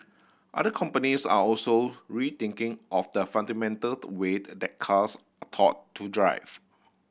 other companies are also rethinking off the fundamental way that cars are taught to drive